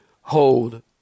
hold